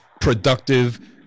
productive